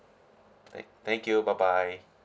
right thank you bye bye